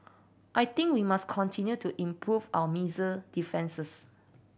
I think we must continue to improve our missile defences